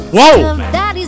Whoa